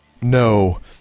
No